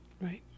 Right